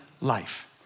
life